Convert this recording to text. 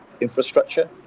infrastructure